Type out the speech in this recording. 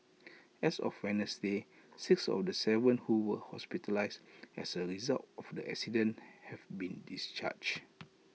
as of Wednesday six of the Seven who were hospitalised as A result of the accident have been discharged